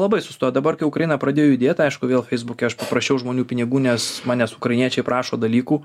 labai sustojo dabar kai ukraina pradėjo judėt aišku vėl feisbuke aš paprašiau žmonių pinigų nes manęs ukrainiečiai prašo dalykų